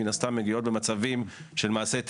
מן הסתם מגיעות במצבים של מעשי טרור,